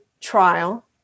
trial